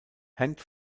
hängt